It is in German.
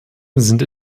sind